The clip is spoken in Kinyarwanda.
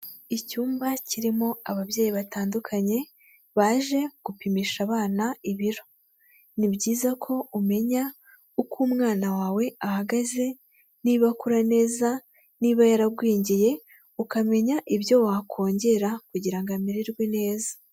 Icyumba kirimo ababyeyi batandukanye baje gupimisha abana ibiro. Ni byiza ko umenya uko umwana wawe ahagaze, niba akura neza, niba yaragwingiye ukamenya ibyo wakongera kugira ngo amererwe neza.